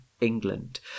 England